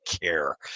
care